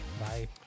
bye